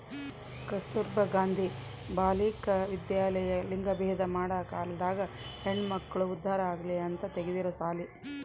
ಕಸ್ತುರ್ಭ ಗಾಂಧಿ ಬಾಲಿಕ ವಿದ್ಯಾಲಯ ಲಿಂಗಭೇದ ಮಾಡ ಕಾಲ್ದಾಗ ಹೆಣ್ಮಕ್ಳು ಉದ್ದಾರ ಆಗಲಿ ಅಂತ ತೆಗ್ದಿರೊ ಸಾಲಿ